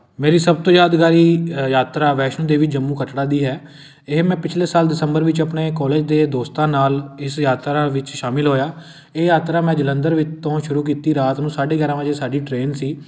ਮੇਰੀ ਸਭ ਤੋਂ ਯਾਦਗਾਰੀ ਯਾਤਰਾ ਵੈਸ਼ਨੋ ਦੇਵੀ ਜੰਮੂ ਕਟੜਾ ਦੀ ਹੈ ਇਹ ਮੈਂ ਪਿਛਲੇ ਸਾਲ ਦਸੰਬਰ ਵਿੱਚ ਆਪਣੇ ਕੋਲਜ ਦੇ ਦੋਸਤਾਂ ਨਾਲ ਇਸ ਯਾਤਰਾ ਵਿੱਚ ਸ਼ਾਮਿਲ ਹੋਇਆ ਇਹ ਯਾਤਰਾ ਮੈਂ ਜਲੰਧਰ ਵਿ ਤੋਂ ਸ਼ੁਰੂ ਕੀਤੀ ਰਾਤ ਨੂੰ ਸਾਢੇ ਗਿਆਰਾਂ ਵਜੇ ਸਾਡੀ ਟ੍ਰੇਨ ਸੀ